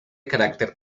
carácter